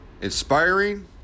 Inspiring